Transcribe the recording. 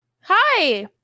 hi